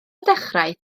dechrau